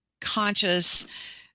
conscious